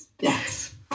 Yes